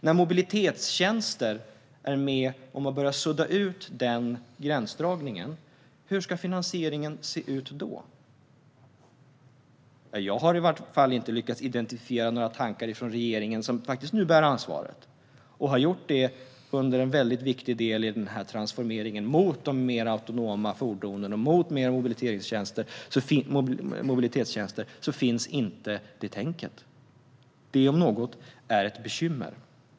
När mobilitetstjänster börjar sudda ut den gränsdragningen, hur ska finansieringen se ut då? Jag har inte lyckats identifiera några tankar hos regeringen, som bär ansvaret nu och har gjort det under en viktig del av transformeringen mot mer autonoma fordon och mobilitetstjänster. Hos regeringen finns inte det tänket. Det om något är ett bekymmer.